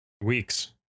weeks